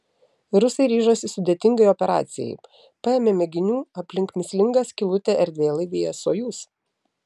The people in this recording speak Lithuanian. rusai ryžosi sudėtingai operacijai paėmė mėginių aplink mįslingą skylutę erdvėlaivyje sojuz